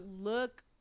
look